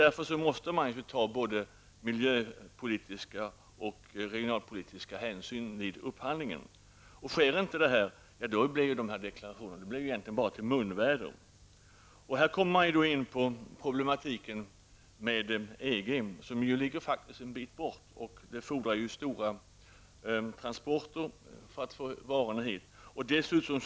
Därför måste man ta både miljöpolitiska och regionalpolitiska hänsyn vid upphandlingen. De deklarationer som görs får inte bara bli till munväder. Här kommer problematiken med EG in i bilden. Det krävs långa transporter för att få hit varor från EG-länderna.